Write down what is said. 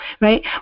right